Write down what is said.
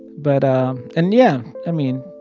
but um and yeah, i mean,